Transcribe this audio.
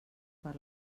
per